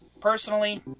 Personally